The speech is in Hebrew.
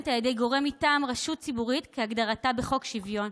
על ידי גורם מטעם רשות ציבורית כהגדרתה בחוק השוויון.